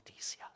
noticias